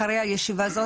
אחרי הישיבה הזאת,